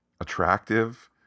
attractive